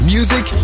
Music